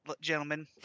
gentlemen